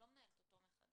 אני לא מנהלת אותו מחדש.